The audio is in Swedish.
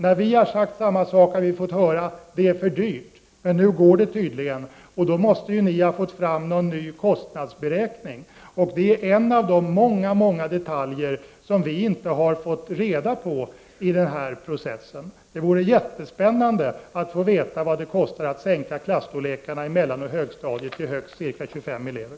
När vi har sagt samma sak, har vi fått höra att det är för dyrt, men nu går det tydligen. Då måste ni alltså ha fått fram en ny kostnadsberäkning. Det är en av de många, många detaljer som vi inte har fått reda på i den här processen. Det vore jättespännande att få veta vad det kostar att sänka klasstorlekarna i mellanoch högstadiet till högst ca 25 elever.